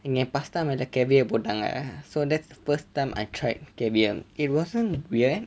அங்கே:ange pasta மேலே:mele caviar போட்டாங்க:pottanga so that's the first time I tried caviar it wasn't weird